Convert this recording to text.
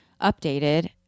updated